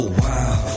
wow